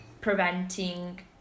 preventing